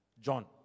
John